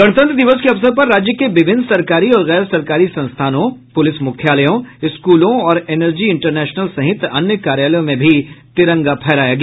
गणतंत्र दिवस के अवसर पर राज्य के विभिन्न सरकारी और गैर सरकारी संस्थानों पुलिस मुख्यालयों स्कूलों और इनर्जी इंटरनेशनल सहित अन्य कार्यालयों में भी तिरंगा फहराया गया